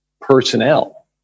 personnel